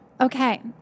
Okay